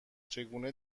چگونه